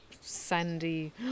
sandy